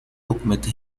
documento